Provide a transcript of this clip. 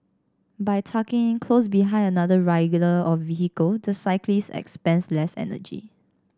by tucking in close behind another a rider or vehicle the cyclist expends less energy